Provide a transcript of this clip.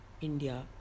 India